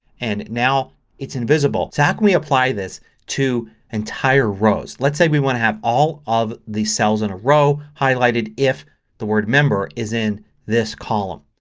and now it's invisible. so how can we apply this to entire rows. let's say we want to have all of these cells in a row highlighted if the word member is in this column.